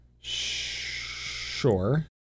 Sure